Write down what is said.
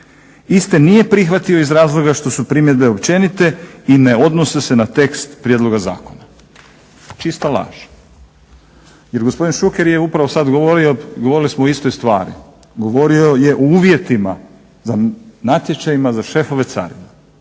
iste nije prihvatio iz razloga što su primjedbe općenite i ne odnose na tekst prijedloga zakona". Čista laž jer gospodin Šuker je upravo sada govorio, govorili smo o istoj stvari. Govorio je o uvjetima za natječaj za šefove carina.